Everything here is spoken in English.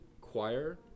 choir